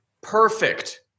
Perfect